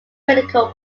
critical